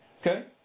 Okay